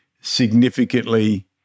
significantly